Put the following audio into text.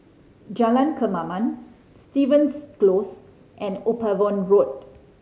Jalan Kemaman Stevens Close and Upavon Road